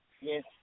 yes